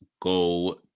go